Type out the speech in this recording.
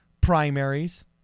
primaries